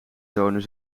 tonen